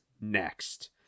next